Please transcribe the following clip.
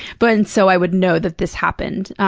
but and so i would know that this happened.